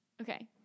Okay